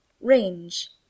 Range